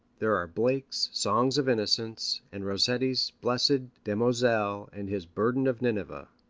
there are blake's songs of innocence, and rossetti's blessed damozel and his burden of nineveh.